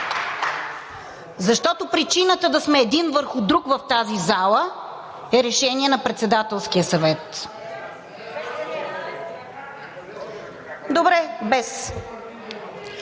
защото причината да сме един върху друг в тази зала е решение на Председателския съвет. (Реплики.)